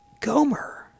Gomer